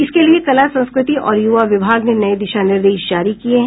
इसके लिए कला संस्कृति और युवा विभाग ने नये दिशा निर्देश जारी किये हैं